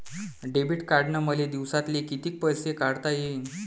Debit कार्डनं मले दिवसाले कितीक पैसे काढता येईन?